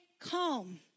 calm